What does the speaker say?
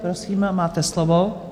Prosím, máte slovo.